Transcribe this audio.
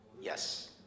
Yes